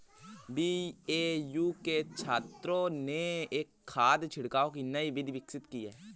BAU के छात्रों ने खाद छिड़काव की नई विधि विकसित की है